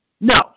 No